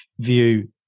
view